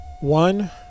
One